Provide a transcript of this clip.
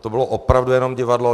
To bylo opravdu jenom divadlo.